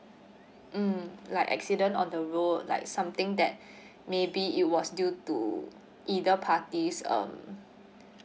mm like accident on the road like something that maybe it was due to either parties um